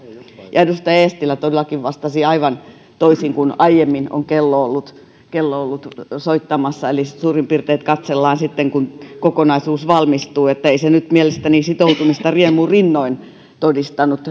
ja edustaja eestilä todellakin vastasi aivan toisin kuin aiemmin on kello ollut kello ollut soittamassa eli suurin piirtein että katsellaan sitten kun kokonaisuus valmistuu että ei tämä puheenvuoro nyt mielestäni sitoutumista riemurinnoin todistanut